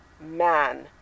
man